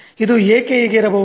ಇದು ಏಕೆ ಹೀಗೆ ಇರಬಹುದು